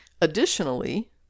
Additionally